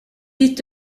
est